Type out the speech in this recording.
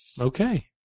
Okay